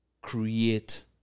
create